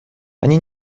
они